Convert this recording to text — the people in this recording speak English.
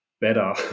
better